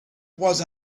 was